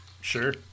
Sure